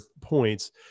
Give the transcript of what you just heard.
points